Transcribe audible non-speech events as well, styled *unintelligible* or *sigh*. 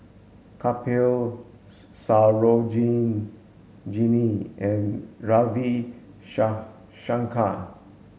Kapil *unintelligible* and Ravi *unintelligible* Shankar